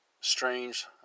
strange